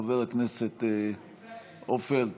חבר הכנסת עופר כסיף,